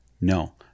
No